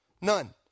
None